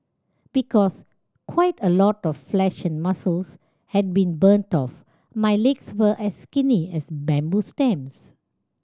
because quite a lot of flesh and muscles had been burnt off my legs were as skinny as bamboo stems